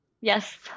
Yes